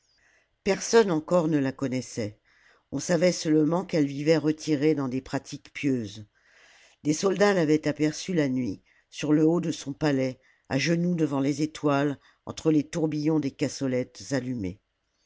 personne encore ne la connaissait on savait seulement qu'elle vivait retirée dans des pratiques pieuses des soldats favaient aperçue la nuit sur le haut de son palais à genoux devant les étoiles entre les tourbillons des cassolettes allumées